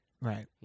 Right